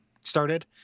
started